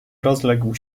rozległ